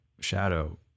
shadow